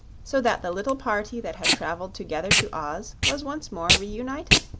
so that the little party that had traveled together to oz was once more reunited.